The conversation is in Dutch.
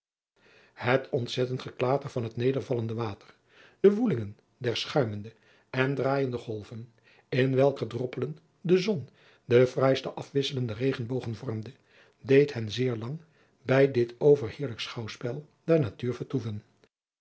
het ontzettend geklater van het nedervallende water de woelingen der schuimende en draaijende golven in welker droppelen de zon de fraaiste afwisselende regenbogen vormde deed hen zeer lang bij dit overheerlijk schouwspel der natuur vertoeven